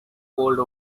cold